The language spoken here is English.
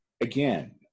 again